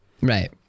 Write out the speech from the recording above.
Right